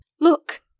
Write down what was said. Look